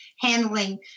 handling